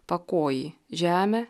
pakojį žemę